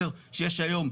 10 שיש היום,